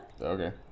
Okay